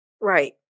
Right